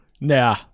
Nah